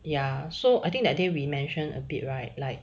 ya so I think that day we mentioned a bit right like